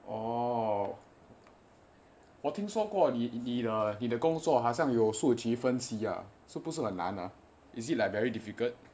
orh 我听说过你的工作有书记分析 ah 是不是很难啊 is it like very difficult